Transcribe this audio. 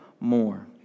more